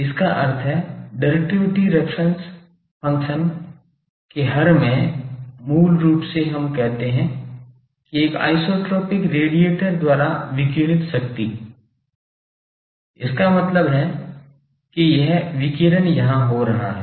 इसका अर्थ है डिरेक्टिविटी फंक्शन के हर में मूल रूप से हम कहते हैं कि एक आइसोट्रोपिक रेडिएटर द्वारा विकीर्णित शक्ति इसका मतलब है कि यह विकिरण यहाँ हो रहा है